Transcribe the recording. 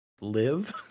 live